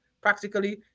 practically